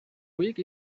week